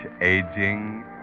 aging